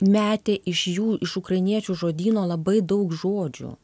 metė iš jų iš ukrainiečių žodyno labai daug žodžių